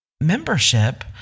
membership